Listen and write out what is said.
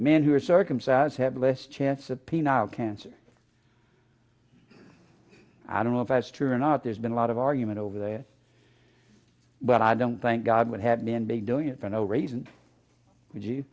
men who were circumcised have less chance of penile cancer i don't know if that's true or not there's been a lot of argument over the but i don't think god would have men being doing it for no reason would you